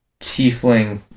tiefling